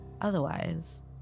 Otherwise